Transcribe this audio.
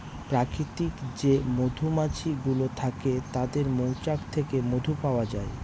প্রাকৃতিক যে মধুমাছি গুলো থাকে তাদের মৌচাক থেকে মধু পাওয়া যায়